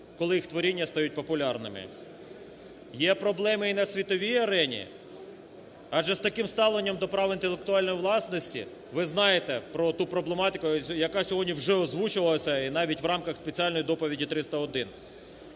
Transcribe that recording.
коли їх творіння стають популярними. Є проблеми і на світовій арені, адже з таким ставленням до прав інтелектуальної власності, ви знаєте про ту проблематику, яка вже сьогодні озвучувалася і навіть в рамках спеціальної доповіді 301.